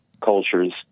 cultures